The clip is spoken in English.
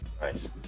Nice